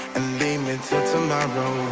lay me till tomorrow